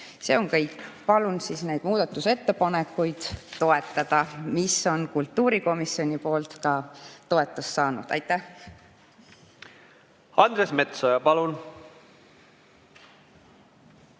See on kõik. Palun toetada neid muudatusettepanekuid, mis on kultuurikomisjonis juba toetust saanud. Aitäh! Andres Metsoja, palun!